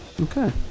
okay